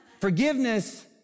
Forgiveness